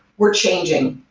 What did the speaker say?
were changing.